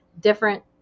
different